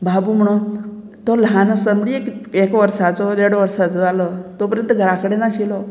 बाबू म्हणोन तो ल्हान आसा म्हणजे एक एक वर्साचो देड वर्साचो जालो तो पर्यंत घरा कडेन आशिल्लो